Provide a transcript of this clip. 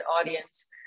audience